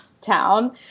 town